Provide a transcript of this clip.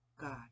God